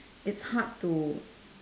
it's hard to